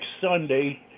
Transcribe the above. Sunday